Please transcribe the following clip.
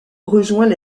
rejoint